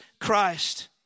Christ